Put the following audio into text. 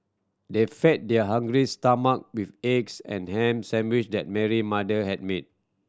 they fed their hungry's stomach with eggs and ham sandwich that Mary mother had made